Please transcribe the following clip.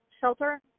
shelter